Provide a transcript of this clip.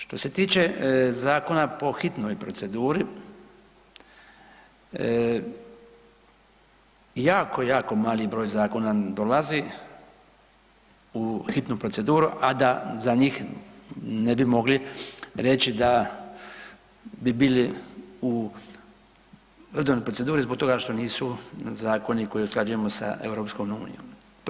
Što se tiče zakona po hitnoj proceduri, jako, jako mali broj zakona nam dolazi u hitnu proceduru a da za njih ne bi mogli reći da bi bili u redovnoj proceduri zbog toga što nisu zakoni koje usklađujemo sa Europskom unijom.